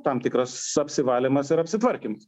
tam tikras apsivalymas ir apsitvarkymas